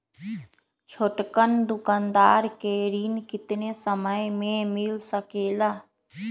छोटकन दुकानदार के ऋण कितने समय मे मिल सकेला?